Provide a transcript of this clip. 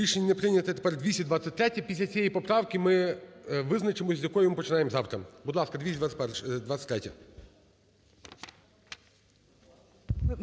Рішення не прийнято. Тепер 223-я. Після цієї поправки ми визначимось, з якої ми починаємо завтра. Будь ласка, 223-я.